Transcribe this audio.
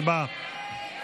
הצבעה.